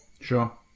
Sure